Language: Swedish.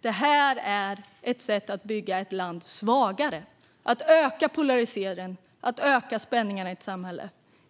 Det här är ett sätt att bygga ett land svagare, att öka polariseringen och att öka spänningarna i samhället.